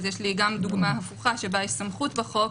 אז יש לי גם דוגמה הפוכה שבה יש סמכות בחוק